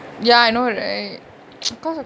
ya I know right